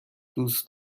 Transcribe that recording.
دوست